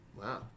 Wow